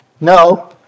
No